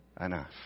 enough